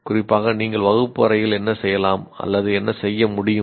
குறிப்பாக நீங்கள் வகுப்பு அறையில் என்ன செய்யலாம் அல்லது செய்ய முடியும்